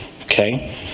Okay